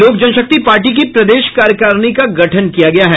लोक जनशक्ति पार्टी की प्रदेश कार्यकारिणी का गठन किया गया है